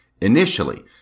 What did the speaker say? initially